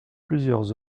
plusieurs